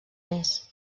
més